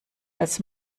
als